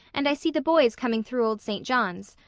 and i see the boys coming through old st. john's.